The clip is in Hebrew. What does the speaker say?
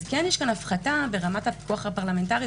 כן יש פה הפחתה ברמת הפיקוח הפרלמנטרי.